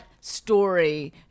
story